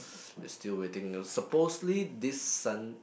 is still waiting supposedly this Sun~